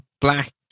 black